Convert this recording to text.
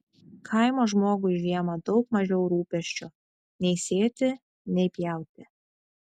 kaimo žmogui žiemą daug mažiau rūpesčių nei sėti nei pjauti